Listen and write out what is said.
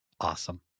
Awesome